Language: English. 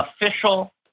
official